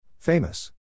Famous